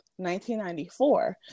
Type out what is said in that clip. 1994